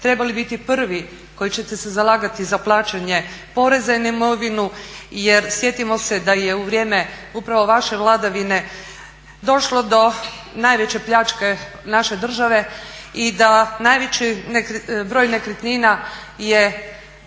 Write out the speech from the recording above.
trebali biti prvi koji ćete se zalagati za plaćanje poreza na imovinu jer sjetimo se da je u vrijeme upravo vaše vladavine došlo do najveće pljačke naše države i da najveći broj nekretnina je